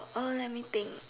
uh let me think